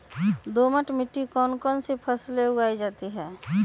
दोमट मिट्टी कौन कौन सी फसलें उगाई जाती है?